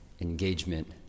engagement